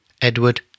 Edward